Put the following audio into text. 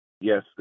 Yes